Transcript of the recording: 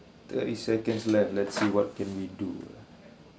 there is seconds left let's see what can we do